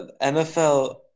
NFL